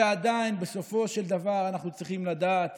ועדיין בסופו של דבר אנחנו צריכים לדעת